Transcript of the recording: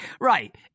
right